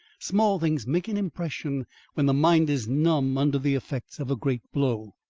small things make an impression when the mind is numb under the effect of a great blow.